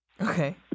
Okay